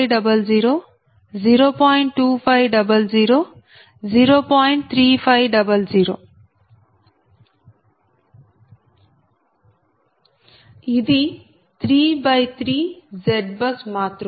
3500 ఇది 3 x 3 ZBUS మాతృక